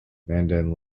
madan